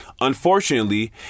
Unfortunately